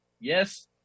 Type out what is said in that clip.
Yes